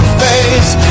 face